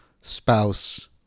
spouse